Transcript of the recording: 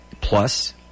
plus